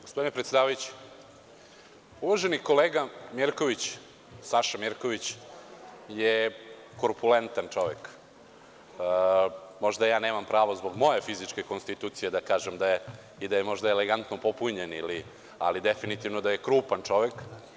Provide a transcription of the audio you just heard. Gospodine predsedavajući, uvaženi kolega Mirković, Saša Mirković je korpulentan čovek, možda ja nemam pravo zbog moje fizičke konstitucije da kažem i da je možda i elegantno popunjen, ali definitivno da je krupan čovek.